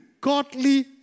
godly